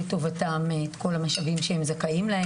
לטובתם את כל המשאבים להם הם זכאים.